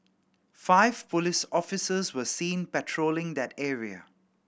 five police officers were seen patrolling that area